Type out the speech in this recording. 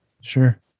sure